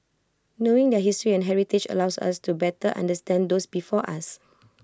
knowing their history and heritage allows us to better understand those before us